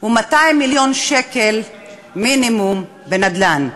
הוא 200 מיליון שקל מינימום בנדל"ן.